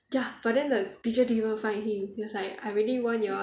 ya but then the teacher didn't even fine him he was like I already warn you all ah